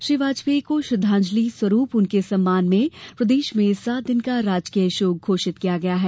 श्री वाजपेयी को श्रद्धांजलि स्वरूप उनके सम्मान में प्रदेश में सात दिन का राजकीय शोक घोषित किया गया है